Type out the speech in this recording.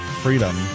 freedom